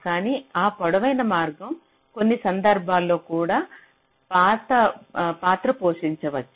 కాని ఆ పొడవైన మార్గం కొన్ని సందర్భాల్లో కూడా పాత్ర పోషించవచ్చు